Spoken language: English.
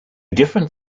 different